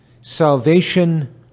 Salvation